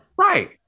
right